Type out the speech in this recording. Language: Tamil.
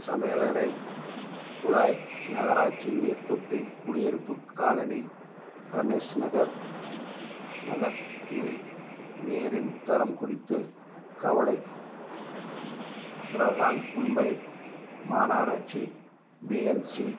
சமையலறைக் குழாய் நகராட்சி நீர்தொட்டி குடியிருப்புக் காலனி ரமேஷ் நகர் நகர் இல் நீரின் தரம் குறித்து கவலை பிரஹான் மும்பை மாநகராட்சி பி எம் சி